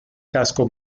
casco